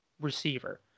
receiver